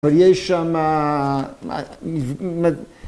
‫אבל יש שמה... נב... מד...